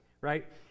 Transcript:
Right